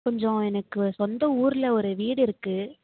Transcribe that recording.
கொஞ்சம் எனக்கு சொந்த ஊரில் ஒரு வீடிருக்கு